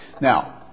Now